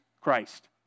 Christ